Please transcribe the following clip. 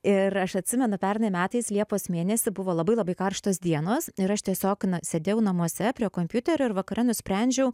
ir aš atsimenu pernai metais liepos mėnesį buvo labai labai karštos dienos ir aš tiesiog sėdėjau namuose prie kompiuterio ir vakare nusprendžiau